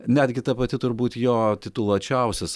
netgi ta pati turbūt jo tituluočiausias